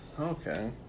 Okay